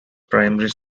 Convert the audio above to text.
primary